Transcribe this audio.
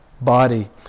body